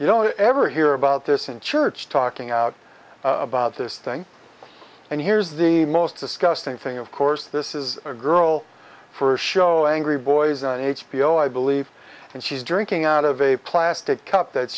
you don't ever hear about this in church talking out about this thing and here's the most disgusting thing of course this is a girl for showing three boys on h b o i believe and she's drinking out of a plastic cup that